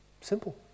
Simple